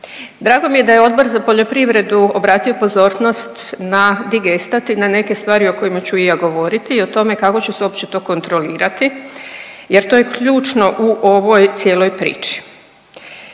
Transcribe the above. Drago mi je da je Odbor za poljoprivredu obratio pozornost na digestat i na neke stvari o kojima ću i ja govoriti i o tome kako će se uopće to kontrolirati jer to je ključno u ovoj cijeloj priči.